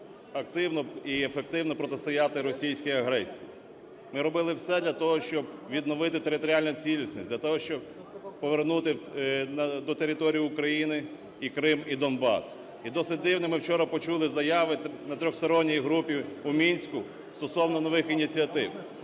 активно і ефективно протистояти російській агресії. Ми робили все для того, щоб відновити територіальну цілісність для того, щоб повернути до території України і Крим, і Донбас. І досить дивні ми вчора почули заяви на тристоронній групі у Мінську стосовно нових ініціатив.